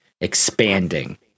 expanding